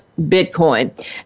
Bitcoin